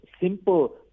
simple